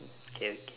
okay okay